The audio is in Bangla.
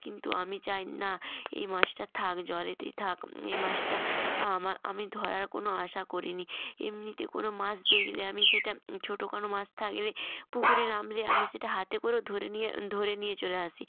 কিন্তু আমি চাই না এই মাছটা থাক জলেতেই থাক এ মাছটা আমি ধরার কোনও আশা করিনি এমনিতে কোনও মাছ দেখলে আমি সেটা ছোট কোনও মাছ থাকলে পুকুরে নামলে আমি সেটা হাতে করেও ধরে নিয়ে ধরে নিয়ে চলে আসি